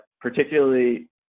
particularly